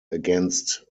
against